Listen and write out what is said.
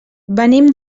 venim